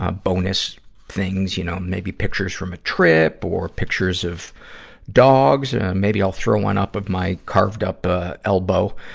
ah bonus things. you know, maybe pictures from a trip or pictures of dogs. maybe i'll throw one up of my carved-up, ah, elbow.